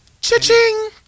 Cha-ching